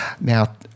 Now